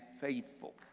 faithful